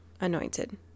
anointed